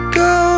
go